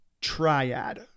triad